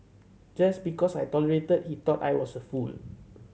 just because I tolerated he thought I was a fool